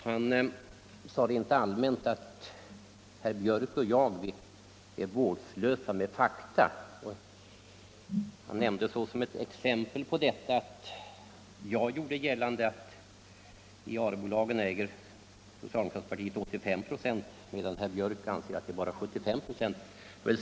Herr Bergqvist sade rent allmänt att herr Björck och jag är vårdslösa med fakta och nämnde såsom ett exempel på detta att jag gjorde gällande att socialdemokraterna äger 85 6 av Arebolagen, medan herr Björck ansåg att det bara är 75 26.